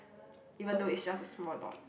even though it's just a small dot